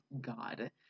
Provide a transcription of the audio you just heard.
God